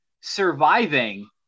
surviving